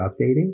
updating